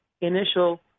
initial